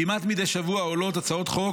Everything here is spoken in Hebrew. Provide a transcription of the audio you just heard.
כמעט מדי שבוע עולות הצעות חוק